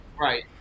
Right